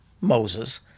Moses